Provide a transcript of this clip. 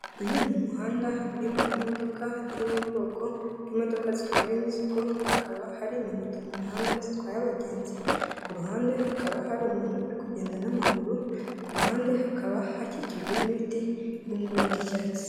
Uyu ni umuhanda urimo imodoka iri mu bwoko bw'imodoka zitwara imizigo hakaba hari na moto mu muhanda zitwaye abagenzi, ku ruhande hakaba hari umuntu uri kugenda n'amaguru ku ruhande hakaba hakikijwe n'ibiti biri mu ibara ry'icyatsi.